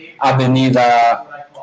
Avenida